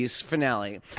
finale